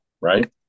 Right